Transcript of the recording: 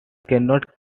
cannot